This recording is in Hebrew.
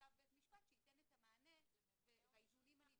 צו של בית משפט שייתן את המענה והאיזונים הנדרשים.